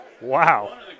Wow